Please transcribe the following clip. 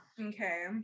Okay